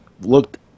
looked